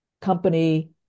company